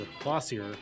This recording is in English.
glossier